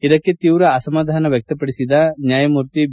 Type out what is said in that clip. ಇದಕ್ಕೆ ತೀವ್ರ ಅಸಮಾಧಾನ ವ್ವಕ್ತಪಡಿಸಿದ ನ್ಯಾಯಮೂರ್ತಿ ಬಿ